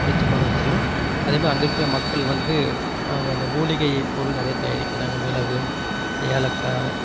பிடிச்சமான விஷியம் அதேமாதிரி அங்கே இருக்கிற மக்கள் வந்து அங்கே அந்த மூலிகை பொருள் நிறைய தயாரிக்கிறாங்க மிளகு ஏலக்காய்